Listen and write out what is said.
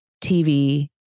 TV